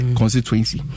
constituency